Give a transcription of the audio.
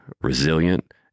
resilient